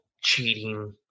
cheating